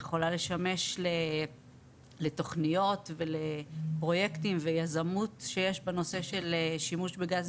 יכולה לשמש לתוכניות ולפרויקטים ויזמות שיש בנושא של שימוש בגז,